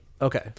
Okay